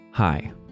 Hi